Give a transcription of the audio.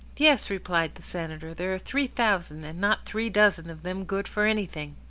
yes, replied the senator, there are three thousand, and not three dozen of them good for anything.